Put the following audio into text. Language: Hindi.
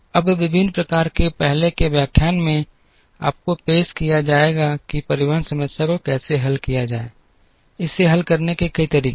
अब विभिन्न पाठ्यक्रमों में पहले के व्याख्यान में आपको पेश किया जाएगा कि परिवहन समस्या को कैसे हल किया जाए इसे हल करने के कई तरीके हैं